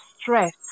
stress